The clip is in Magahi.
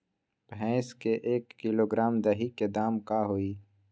भैस के एक किलोग्राम दही के दाम का होई?